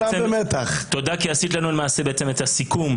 עשית לנו בעצם את הסיכום.